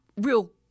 real